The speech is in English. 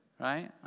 Right